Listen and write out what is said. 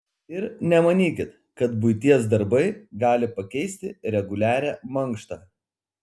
ir nemanykit kad buities darbai gali pakeisti reguliarią mankštą